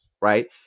Right